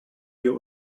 wir